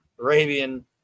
Arabian